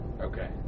Okay